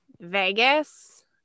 Vegas